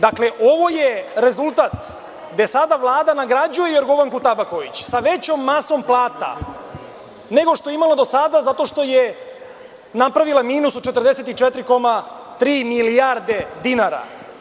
Dakle, ovo je rezultat gde sada Vlada nagrađuje Jorgovanku Tabaković sa većom masom plata nego što je imala do sada, zato što je napravila minus od 44,3 milijarde dinara.